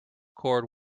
cord